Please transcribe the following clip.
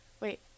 wait